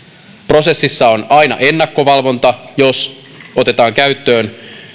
prosessissa on aina ennakkovalvonta jos otetaan käyttöön